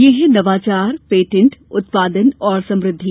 ये हैं नवाचार पेटेंट उत्पादन और समृद्धि